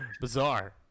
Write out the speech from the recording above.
bizarre